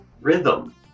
rhythm